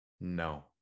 No